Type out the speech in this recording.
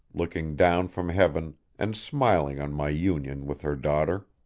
looking down from heaven and smiling on my union with her daughter.